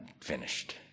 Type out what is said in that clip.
finished